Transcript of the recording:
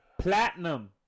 Platinum